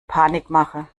panikmache